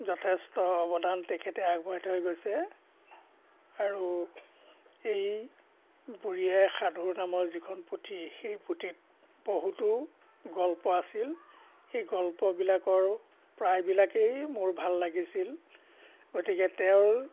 যথেষ্ট অৱদান তেখেতে আগবঢ়াই থৈ গৈছে আৰু এই বুঢ়ী আইৰ সাধুৰ নামৰ যিখন পুথি সেই পুথিত বহুতো গল্প আছিল সেই গল্পবিলাকৰ প্ৰায়বিলাকেই মোৰ ভাল লাগিছিল গতিকে তেওঁৰ